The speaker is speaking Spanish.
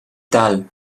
tal